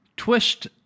Twist